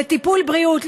טיפול בריאות,